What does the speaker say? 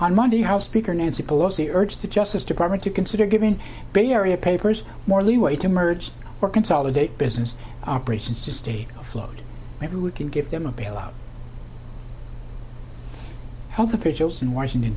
on monday house speaker nancy pelosi urged the justice department to consider giving bay area papers more leeway to merge or consolidate business operations to stay afloat and give them a bailout health officials in washington